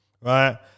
Right